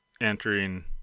entering